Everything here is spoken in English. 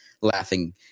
laughing